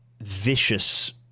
vicious